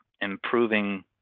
improving